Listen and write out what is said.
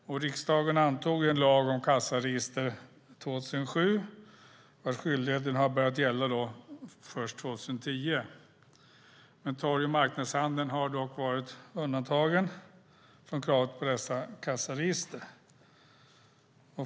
Riksdagen antog en lag om kassaregister 2007, vars skyldigheter började gälla först 2010. Torg och marknadshandeln har dock varit undantagen från kravet på dessa kassaregister.